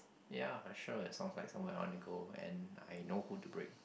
ya I sure it sounds like somewhere I want to go and I know who to bring